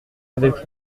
avec